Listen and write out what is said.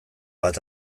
bat